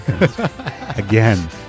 again